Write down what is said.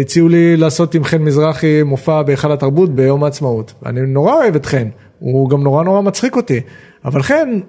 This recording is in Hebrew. הציעו לי לעשות עם חן מזרחי מופע בהיכל התרבות ביום העצמאות, ואני נורא אוהב את חן, הוא גם נורא נורא מצחיק אותי, אבל חן